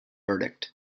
verdict